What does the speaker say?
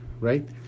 right